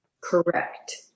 Correct